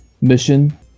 mission